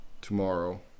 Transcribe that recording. tomorrow